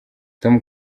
tom